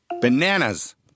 Bananas